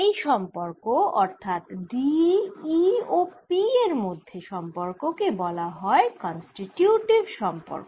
এই সম্পর্ক অর্থাৎ D E ও P এর মধ্যে সম্পর্ক কে বলা হয় কন্সটিটিউটিভ সম্পর্ক